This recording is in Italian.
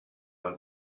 non